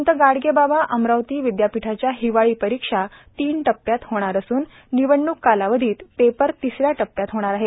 संत गाडगे बाबा अमरावती विद्यापीठाच्या हिवाळी परीक्षा तीन टप्प्यात होणार असून निवडणूक कालावधीतील पेपर तिसऱ्या टप्प्यात होणार आहेत